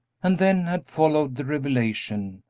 and then had followed the revelation,